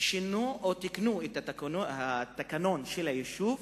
שינו או תיקנו את התקנון של היישוב,